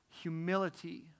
humility